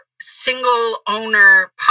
single-owner